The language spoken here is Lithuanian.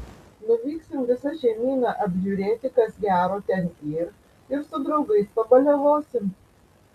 nuvyksim visa šeimyna apžiūrėti kas gero ten yr ir su draugais pabaliavosim